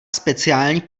speciální